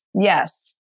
Yes